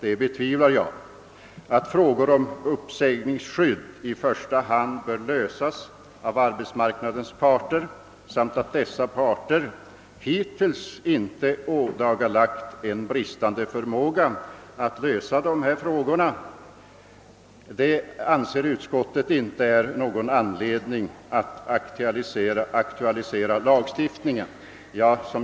Utskottet anser att frågan om uppsägningsskydd i första hand bör lösas av arbetsmarknadens parter och att dessa hittills inte ådagalagt en sådan bristande förmåga att lösa dessa frågor att det finns anledning att aktualisera en lagstiftning.